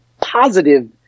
positive